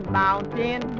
mountain